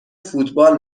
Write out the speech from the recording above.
فوتبال